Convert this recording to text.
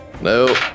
no